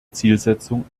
zielsetzung